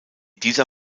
dieser